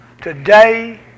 Today